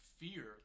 fear